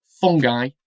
fungi